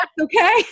Okay